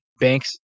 Banks